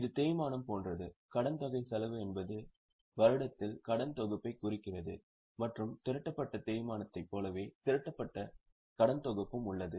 இது தேய்மானம் போன்றது கடன்தொகை செலவு என்பது வருடத்தில் கடன்தொகுப்பைக் குறிக்கிறது மற்றும் திரட்டப்பட்ட தேய்மானத்தைப் போலவே திரட்டப்பட்ட கடன்தொகுப்பும் உள்ளது